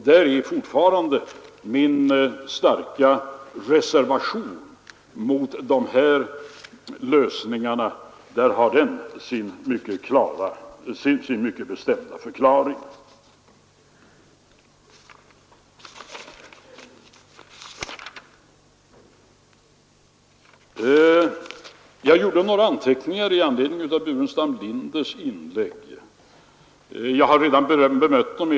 Där har min starka reservation mot de här lösningarna sin mycket bestämda förklaring. Jag gjorde några anteckningar i anledning av herr Burenstam Linders inlägg. Jag har redan bemött detta.